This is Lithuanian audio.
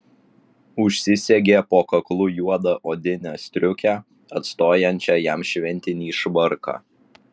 užsisegė po kaklu juodą odinę striukę atstojančią jam šventinį švarką